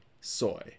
soy